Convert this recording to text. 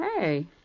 Hey